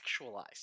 sexualized